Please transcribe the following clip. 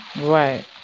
Right